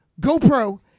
GoPro